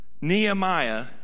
Nehemiah